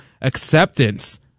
acceptance